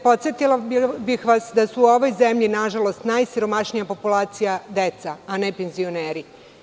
Podsetila bih vas da su u ovoj zemlji, nažalost, najsiromašnija populacija deca, a ne penzioneri.